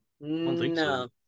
No